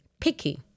picky